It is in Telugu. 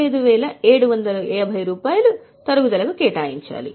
85750 తరుగుదలకు కేటాయించాలి